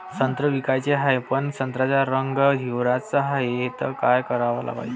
संत्रे विकाचे हाये, पन संत्र्याचा रंग हिरवाच हाये, त का कराच पायजे?